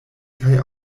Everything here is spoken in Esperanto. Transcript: kaj